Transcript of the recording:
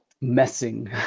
Messing